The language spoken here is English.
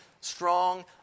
strong